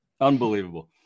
Unbelievable